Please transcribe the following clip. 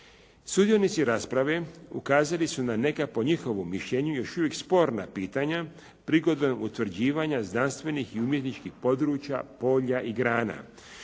Sudionici rasprave ukazali su na neka, po njihovom mišljenju, još uvijek sporna pitanja prigodom utvrđivanja znanstvenih i umjetničkih područja, polja i grana,